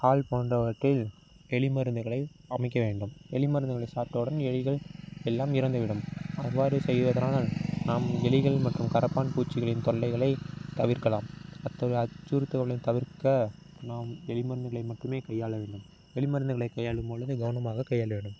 hall போன்றவற்றில் எலி மருந்துகளை அமைக்க வேண்டும் எலி மருந்துகளை சாப்பிட்டவுடன் எலிகள் எல்லாம் இறந்து விடும் அவ்வாறு செய்வதனால் நாம் எலிகள் மற்றும் கரப்பான் பூச்சிகளின் தொல்லைகளை தவிர்க்கலாம் அத்தகைய அச்சுறுத்தல்களை தவிர்க்க நாம் எலி மருந்துகளை மட்டுமே கையாள வேண்டும் எலி மருந்துகளை கையாளும்பொழுது கவனமாக கையாள வேண்டும்